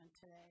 today